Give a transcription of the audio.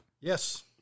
Yes